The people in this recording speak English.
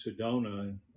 Sedona